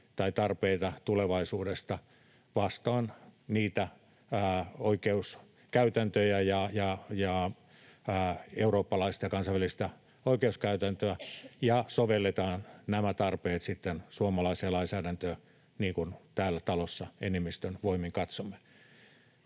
tai ‑tarpeita tulevaisuuteen vasten oikeuskäytäntöjä ja eurooppalaista ja kansainvälistä oikeuskäytäntöä ja sovelletaan nämä tarpeet sitten suomalaiseen lainsäädäntöön niin kuin täällä talossa enemmistön voimin katsomme.